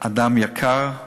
אדם יקר,